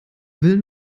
will